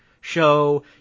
show